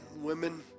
women